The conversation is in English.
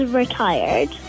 retired